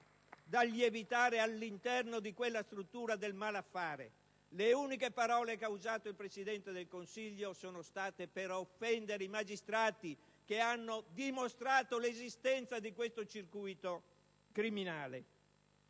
dal lievitare all'interno di quella struttura del malaffare. Le uniche parole che ha usato il Presidente del Consiglio sono state per offendere i magistrati che hanno dimostrato l'esistenza di questo circuito criminale.